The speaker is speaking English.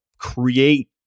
create